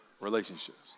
relationships